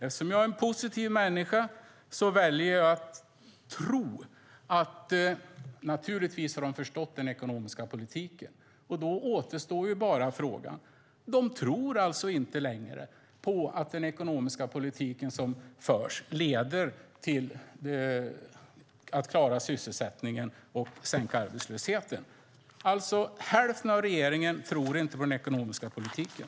Eftersom jag är en positiv människa väljer jag naturligtvis att tro att de har förstått den ekonomiska politiken. Då återstår bara slutsatsen att de inte längre tror på att den ekonomiska politik som förs leder till att man klarar sysselsättningen och sänker arbetslösheten. Hälften av regeringen tror alltså inte på den ekonomiska politiken.